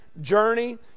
journey